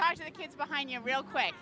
talked to the kids behind you real quick